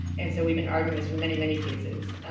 and so we've been arguing this for many, many cases.